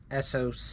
SOC